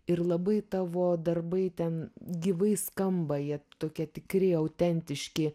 ir labai tavo darbai ten gyvai skamba jie tokie tikri autentiški